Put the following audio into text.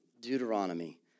Deuteronomy